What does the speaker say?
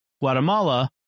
Guatemala